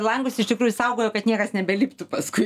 langus iš tikrųjų saugojo kad niekas nebeliptų paskui